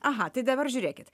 aha tai dabar žiūrėkit